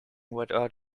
without